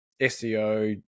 SEO